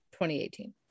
2018